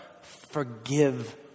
forgive